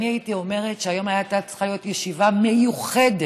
הייתי אומרת שהיום הייתה צריכה להיות ישיבה מיוחדת